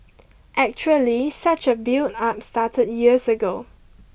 actually such a build up started years ago